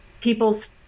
people's